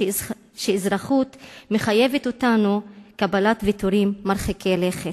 שאזרחות מחייבת אותנו לקבלת ויתורים מרחיקי לכת.